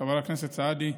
חבר הכנסת סעדי,